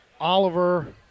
Oliver